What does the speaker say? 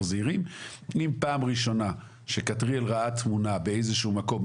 אם פעם ראשונה שכתריאל ראה תמונה באיזה שהוא מקום,